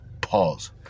Pause